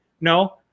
no